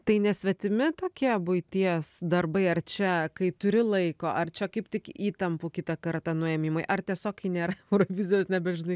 tai ne svetimi tokie buities darbai ar čia kai turi laiko ar čia kaip tik įtampų kitą kartą nuėmimui ar tiesiog kai nėra eurovizijos nebežinai